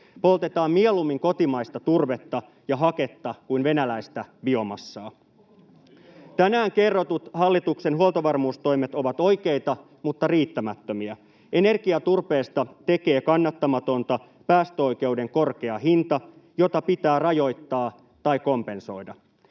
Poltetaan mieluummin kotimaista turvetta ja haketta kuin venäläistä biomassaa. Tänään kerrotut hallituksen huoltovarmuustoimet ovat oikeita mutta riittämättömiä. Energiaturpeesta tekee kannattamatonta päästöoikeuden korkea hinta, jota pitää rajoittaa tai kompensoida.